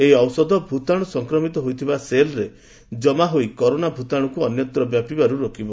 ଏହି ଔଷଧ ଭୂତାଣୁ ସଂକ୍ରମିତ ହୋଇଥିବା ସେଲ୍ରେ ଜମା ହୋଇ କରୋନା ଭୂତାଣୁକୁ ଅନ୍ୟତ୍ର ବ୍ୟାପିବାରୁ ରୋକିବ